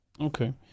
Okay